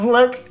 Look